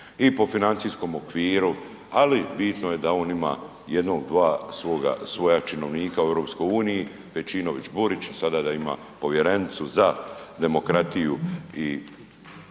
i po financijskom okviru, ali bitno je da on ima jednog, dva svoja činovnika u EU, Pejčinović-Burić i sada da ima povjerenicu za demokratiju i i